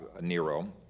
Nero